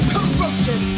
Corruption